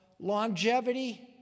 longevity